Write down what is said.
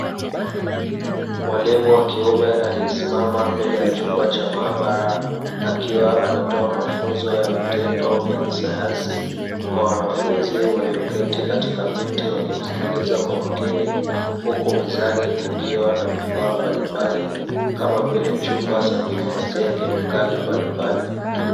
Mwalimu wa kiume aliyesimama mbele ya chumba cha maabara akiwa anatoa mafunzo ya vitendo vya kisayansi kwa wanafunzi walioketi katika viti wakimsikiliza kwa makini, huku mezani kukiwa na vifaa mbalimbali kama vile chupa za kuhifadhia kemikali mbalimbali.